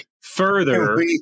further